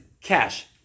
cash